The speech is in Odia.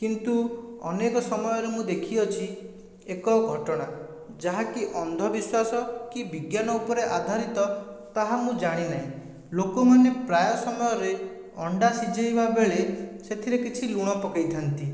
କିନ୍ତୁ ଅନେକ ସମୟରେ ମୁଁ ଦେଖିଅଛି ଏକ ଘଟଣା ଯାହାକି ଅନ୍ଧବିଶ୍ୱାସ କି ବିଜ୍ଞାନ ଉପରେ ଆଧାରିତ ତାହା ମୁଁ ଜାଣି ନାହିଁ ଲୋକମାନେ ପ୍ରାୟ ସମୟରେ ଅଣ୍ଡା ସିଝାଇବା ବେଳେ ସେଥିରେ କିଛି ଲୁଣ ପକାଇଥାଆନ୍ତି